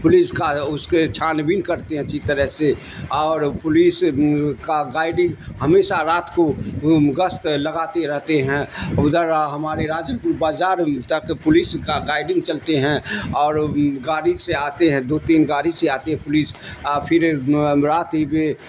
police کا اس کے چھان بھی کرتے ہیں اچھی طرح سے اور پولیس کا گائیڈنگ ہمیشہ رات کو گست لگاتے رہتے ہیں ادھر ہمارے راج پور بازار تک پولیس کا گائیڈنگ چلتے ہیں اور گاڑی سے آتے ہیں دو تین گاڑی سے آتے ہے پولیس پھر رات میں